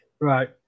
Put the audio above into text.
Right